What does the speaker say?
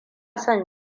son